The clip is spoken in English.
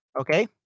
okay